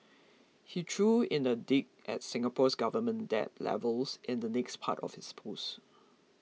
he threw in a dig at Singapore's government debt levels in the next part of his post